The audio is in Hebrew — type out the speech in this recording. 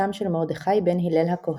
בתם של מרדכי בן הלל הכהן,